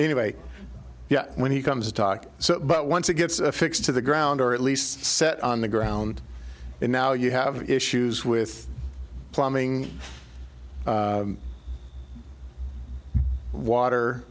anyway yeah when he comes to talk so but once it gets affixed to the ground or at least set on the ground and now you have issues with plumbing water